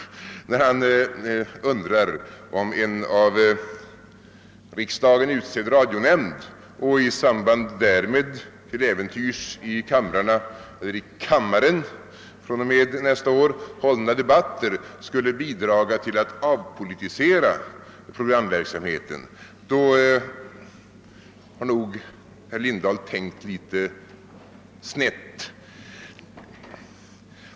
Han har nog tänkt fel när han undrar om en av riksdagen utsedd radionämnd och i samband därmed till äventyrs i kamrarna — i kammaren fr.o.m.nästa år — hållna debatter skulle bidraga till att avpolitisera programverksamheten.